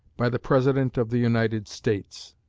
by the president of the united states.